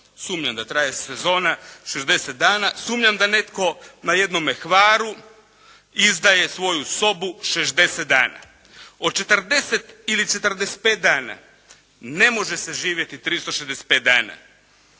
Sumnjam da traje sezona 60 dana. Sumnjam da netko na jednome Hvaru izdaje svoju sobu 60 dana. Od 40 ili 45 dana ne može se živjeti 365 dana.